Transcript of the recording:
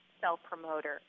self-promoter